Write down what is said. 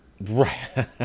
Right